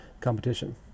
competition